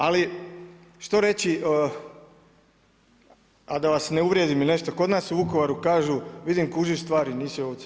Ali što reći, a da vas ne uvrijedim ili nešto, kod nas u Vukovaru kažu, vidim kužiš stvari nisi ovca.